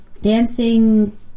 Dancing